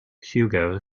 hugo